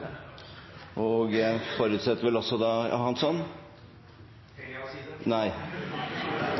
Og det støtter vel også Rasmus Hansson?